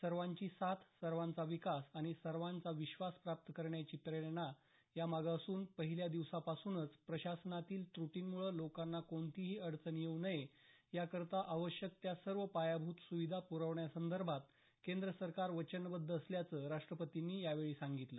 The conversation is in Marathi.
सर्वांची साथ सर्वांचा विकास आणि सर्वांचा विश्वास प्राप्त करण्याची प्रेरणा या मागं असून पहिल्या दिवसापासूनच प्रशासनातील त्रुटींमुळं लोकांना कोणतीही अडचन येऊ नये या करता आवश्यक त्या सर्व पायाभूत सुविधा पुरवण्यासंदर्भात केंद्र सरकार वचनबद्ध असल्याचं राष्ट्रपतींनी यावेळी सांगितलं